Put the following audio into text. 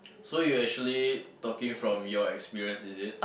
so you actually talking from your experience is it